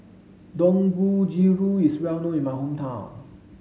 Dangojiru is well known in my hometown